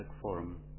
forum